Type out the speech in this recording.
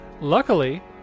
Luckily